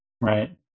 Right